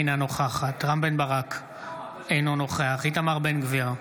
אינה נוכחת רם בן ברק, אינו נוכח איתמר בן גביר,